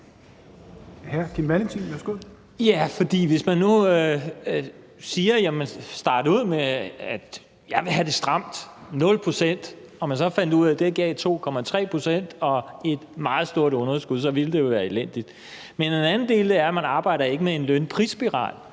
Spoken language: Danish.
ud med at sige, at man ville have det stramt – 0 pct. – og man så fandt ud af, at det gav 2,3 pct. og et meget stort underskud, så ville det jo være elendigt. Men en anden del er, at man ikke arbejder med en løn-pris-spiral,